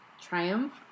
triumph